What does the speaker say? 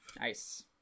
Nice